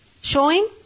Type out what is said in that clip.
Showing